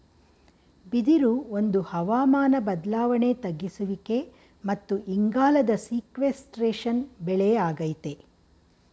ಬಿದಿರು ಒಂದು ಹವಾಮಾನ ಬದ್ಲಾವಣೆ ತಗ್ಗಿಸುವಿಕೆ ಮತ್ತು ಇಂಗಾಲದ ಸೀಕ್ವೆಸ್ಟ್ರೇಶನ್ ಬೆಳೆ ಆಗೈತೆ